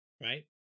Right